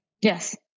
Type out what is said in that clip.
Yes